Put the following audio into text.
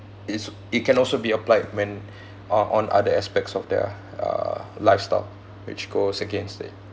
is it can also be applied when uh on other aspects of their uh lifestyle which goes against it